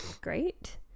great